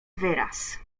wyraz